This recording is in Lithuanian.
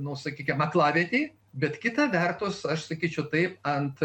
nu sakykim aklavietėj bet kita vertus aš sakyčiau taip ant